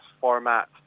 format